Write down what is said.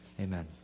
amen